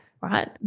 Right